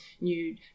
new